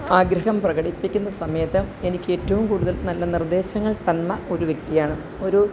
ആഗ്രഹം പ്രകടിപ്പിക്കുന്ന സമയത്ത് എനിക്ക് ഏറ്റവും കൂടുതൽ നല്ല നിർദ്ദേശങ്ങൾ തന്ന ഒരു വ്യക്തിയാണ് ഒരു